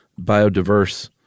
biodiverse